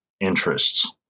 interests